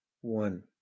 one